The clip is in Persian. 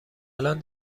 الآن